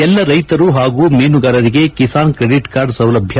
ಎಲ್ಲಾ ರೈತರು ಹಾಗೂ ಮೀನುಗಾರರಿಗೆ ಕಿಸಾನ್ ಕ್ರೆಡಿಟ್ ಕಾರ್ಡ್ ಸೌಲಭ್ಯ